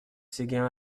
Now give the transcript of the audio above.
séguin